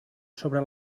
sobre